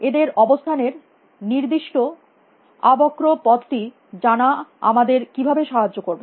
এদের অবস্থানের নির্দিষ্ট আবক্র পথটি জানা আমাদের কিভাবে সাহায্য করবে